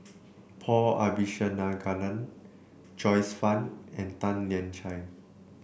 Paul Abisheganaden Joyce Fan and Tan Lian Chye